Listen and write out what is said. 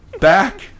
back